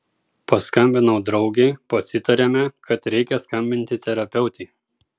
paskambinau draugei pasitarėme kad reikia skambinti terapeutei